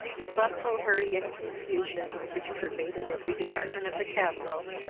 the bustle, hurry, and confusion, which pervaded every department of the castle,